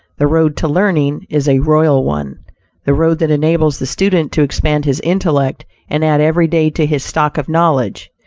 the road to learning is a royal one the road that enables the student to expand his intellect and add every day to his stock of knowledge,